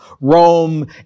Rome